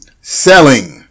selling